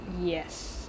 yes